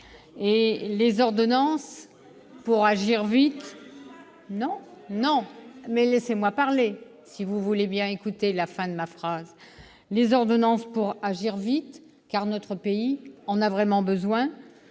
aux ordonnances pour agir vite : notre pays en a vraiment besoin.